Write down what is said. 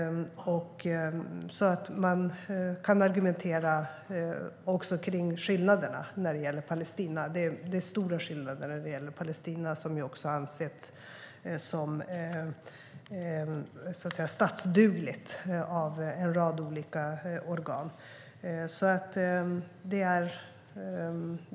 Man kan argumentera också kring skillnaderna när det gäller Palestina. Det är stora skillnader när det gäller Palestina, som ansetts som, så att säga, statsdugligt av en rad olika organ.